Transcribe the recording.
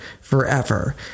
forever